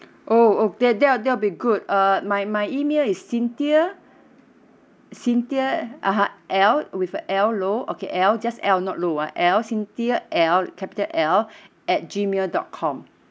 oh oh that that that'll be good uh my my email is cynthia cynthia (uh huh) L with L low okay L just L not low ah L cynthia L capital L at gmail dot com